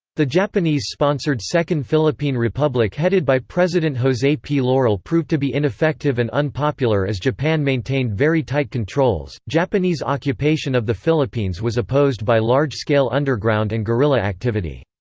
the japanese-sponsored second philippine republic headed by president jose p. laurel proved to be ineffective and unpopular as japan maintained very tight controls japanese occupation of the philippines was opposed by large-scale underground and guerrilla activity.